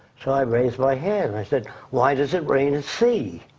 so i raised my hand and i said why does it rain at sea?